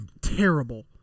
terrible